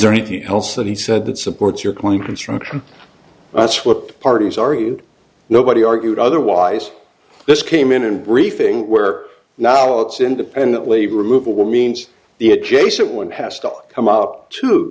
there anything else that he said that supports your claim construction that's what the parties argued nobody argued otherwise this came in and briefing where now it's independently removable means the adjacent one has to come up to